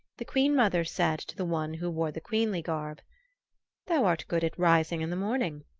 the queen-mother said to the one who wore the queenly garb thou art good at rising in the morning.